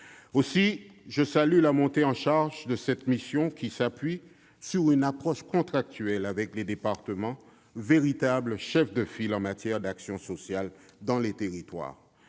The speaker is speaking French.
Aussi, je salue la montée en charge de cette mission, qui s'appuie sur une approche contractuelle avec les départements, véritables chefs de file en matière d'action sociale dans les territoires.